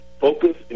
focus